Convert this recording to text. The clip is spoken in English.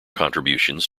contributions